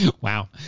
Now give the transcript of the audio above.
wow